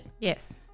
Yes